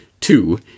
two